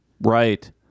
Right